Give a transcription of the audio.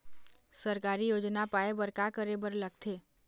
सरकारी योजना पाए बर का करे बर लागथे?